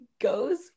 goes